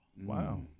Wow